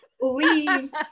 leave